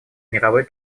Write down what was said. мировой